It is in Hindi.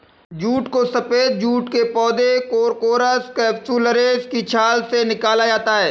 जूट को सफेद जूट के पौधे कोरकोरस कैप्सुलरिस की छाल से निकाला जाता है